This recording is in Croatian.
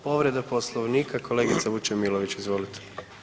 Povreda Poslovnika, kolegica Vučemilović, izvolite.